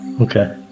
okay